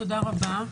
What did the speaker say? תודה רבה.